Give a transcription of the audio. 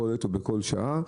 בכל עת ובכל שעה.